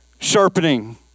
sharpening